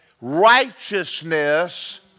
righteousness